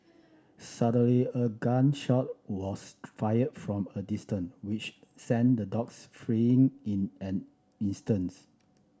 suddenly a gun shot was fired from a distance which sent the dogs fleeing in an instant